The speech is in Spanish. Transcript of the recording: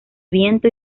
viento